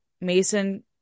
Mason